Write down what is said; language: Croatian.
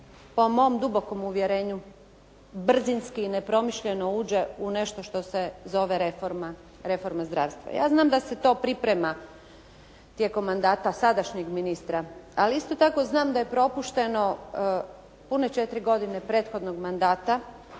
po mom dubokom uvjerenju brzinski i nepromišljeno uđe u nešto što se zove reforma zdravstva. Ja znam da se to priprema tijekom mandata sadašnjeg ministra, ali isto tako znam da je propušteno pune četiri godine prethodnog mandata,